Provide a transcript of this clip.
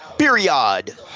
Period